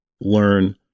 learn